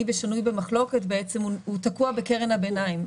ושנוי במחלוקת בעצם הוא תקוע בקרן הביניים.